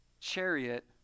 chariot